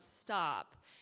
stop